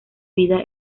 vida